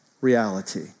reality